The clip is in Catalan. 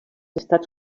estats